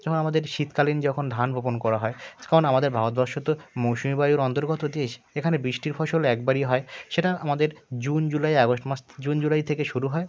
যখন আমাদের শীতকালীন ধান বপন করা হয় কারণ আমাদের ভারতবর্ষ তো মৌসুমী বায়ুর অন্তর্গত দেশ এখানে বৃষ্টির ফসল একবারই হয় সেটা আমাদের জুন জুলাই আগস্ট মাস জুন জুলাই থেকে শুরু হয়